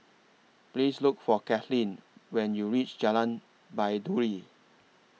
Please Look For Kathlene when YOU REACH Jalan Baiduri